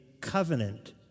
covenant